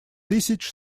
тысяч